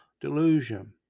delusion